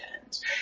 hands